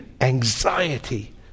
anxiety